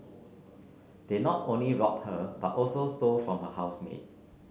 they not only robbed her but also stole from her housemate